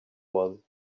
was